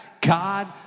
God